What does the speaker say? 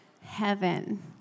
heaven